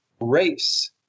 race